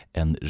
en